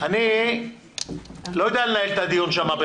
אני מבין עכשיו למה אולי רציתם להעביר את זה לוועדת